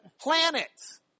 planets